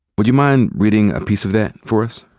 would you mind reading a piece of that for us?